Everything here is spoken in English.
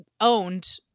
owned